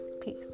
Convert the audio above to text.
Peace